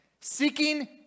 seeking